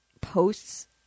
posts